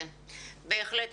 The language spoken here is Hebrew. בהחלט.